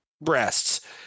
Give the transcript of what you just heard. breasts